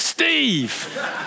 Steve